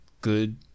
good